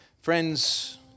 Friends